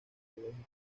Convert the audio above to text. ecológica